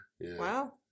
Wow